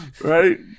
Right